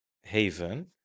haven